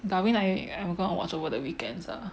Darwin I am going to watch over the weekends ah